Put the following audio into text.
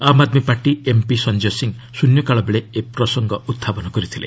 ଆମ୍ Aadmi party MP Sanjay Singh ଶୂନ୍ୟକାଳ ବେଳେ ଏ ବିଷୟ ଉଡ୍ଚାପନ କରିଥିଲେ